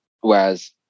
Whereas